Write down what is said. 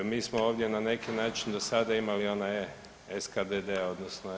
Mi smo ovdje na neki način do sada imali onaj SKDD, odnosno SDA.